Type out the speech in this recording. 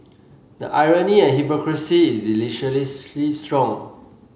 the irony and hypocrisy is deliciously strong